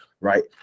right